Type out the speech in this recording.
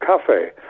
cafe